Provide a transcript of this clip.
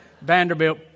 Vanderbilt